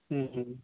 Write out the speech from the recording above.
ହୁଁ ହୁଁ